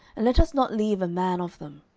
and let us not leave a man of them.